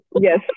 Yes